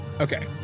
okay